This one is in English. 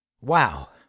Wow